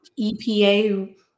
EPA